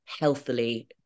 healthily